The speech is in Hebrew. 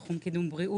תחום קידום בריאות,